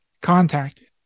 contacted